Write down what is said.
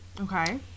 Okay